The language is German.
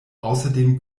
außerdem